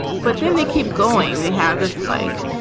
but then they keep going. they have this like,